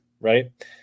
right